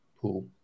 pool